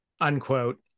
unquote